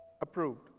Approved